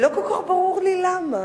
לא כל כך ברור לי למה.